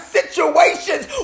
situations